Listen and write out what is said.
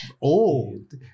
old